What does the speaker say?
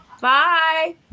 Bye